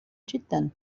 جدا